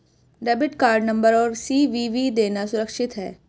Debit card number और CVV देना सुरक्षित है?